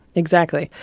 exactly.